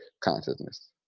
consciousness